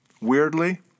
weirdly